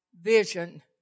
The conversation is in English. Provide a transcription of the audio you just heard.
Vision